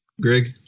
Greg